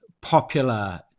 popular